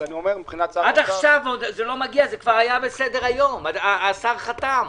עד עכשיו זה לא מגיע, זה היה בסדר היום והשר חתם.